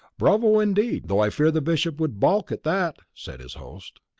bravo indeed, though i fear the bishop would balk at that, said his host.